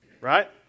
right